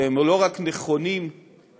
שלא רק שהם נכונים וטובים